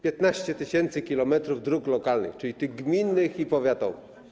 15 tys. km dróg lokalnych, czyli tych gminnych i powiatowych.